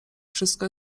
wszystko